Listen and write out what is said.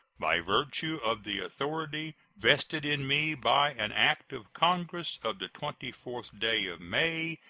by virtue of the authority vested in me by an act of congress of the twenty fourth day of may,